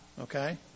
Okay